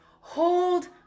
Hold